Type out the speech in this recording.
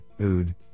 OOD